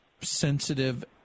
sensitive